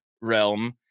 realm